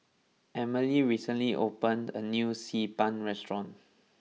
Emmalee recently opened a new Xi Ban restaurant